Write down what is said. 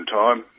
time